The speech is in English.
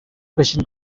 christian